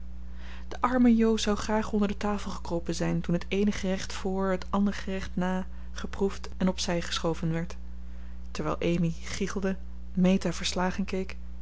de arme jo zou graag onder de tafel gekropen zijn toen het eene gerecht voor het andere na geproefd en op zij geschoven werd terwijl amy giegelde meta verslagen keek